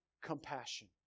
compassion